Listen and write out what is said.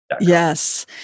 Yes